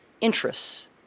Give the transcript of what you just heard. interests